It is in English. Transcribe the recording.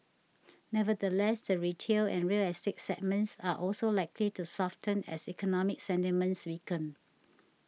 nevertheless the retail and real estate segments are also likely to soften as economic sentiments weaken